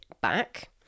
back